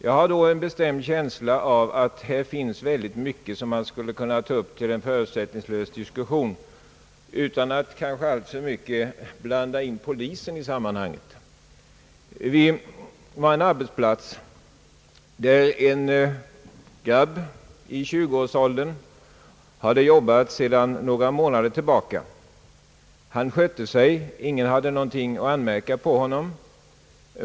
Jag har en bestämd känsla av att det här finns mycket som skulle kunna tas upp till en förutsättningslös diskussion utan att alltför mycket blanda in polisen i detta sammanhang. Det gällde här en arbetsplats där det fanns en pojke i 20-årsåldern som hade arbetat sedan några månader. Han skötte sig, och ingen hade någonting att anmärka mot honom.